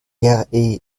rem